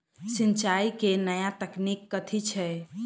सिंचाई केँ नया तकनीक कथी छै?